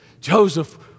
Joseph